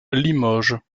limoges